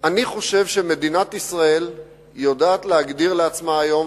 חושב שמדינת ישראל יודעת להגדיר לעצמה היום,